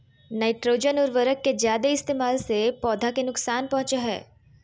nitrogen उर्वरक के जादे इस्तेमाल से पौधा के नुकसान पहुंचो हय